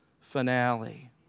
finale